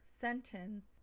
sentence